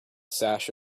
sash